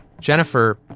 Jennifer